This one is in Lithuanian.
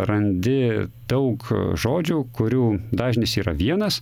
randi daug žodžių kurių dažnis yra vienas